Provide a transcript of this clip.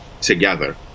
together